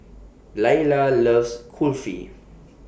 Lyla loves Kulfi